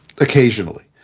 occasionally